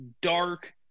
dark